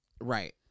right